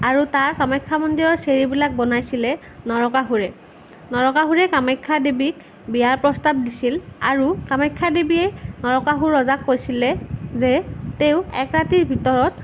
আৰু তাৰ কামাখ্যা মন্দিৰৰ চিৰিবিলাক বনাইছিলে নৰকাসুৰে নৰকাসুৰে কামাখ্যা দেৱীক বিয়াৰ প্ৰস্তাৱ দিছিল আৰু কামাখ্যা দেৱীয়ে নৰকাসুৰ ৰজাক কৈছিলে যে তেওঁক এক ৰাতিৰ ভিতৰত